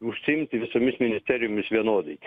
užsiimti visomis ministerijomis vienodai